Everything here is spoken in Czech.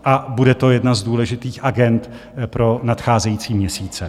A bude to jedna z důležitých agend pro nadcházející měsíce.